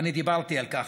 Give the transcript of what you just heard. ואני דיברתי על כך.